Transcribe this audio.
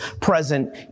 present